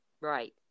Right